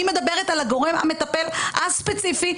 אני מדברת על הגורם המטפל הספציפי,